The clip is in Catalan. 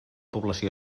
població